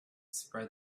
spread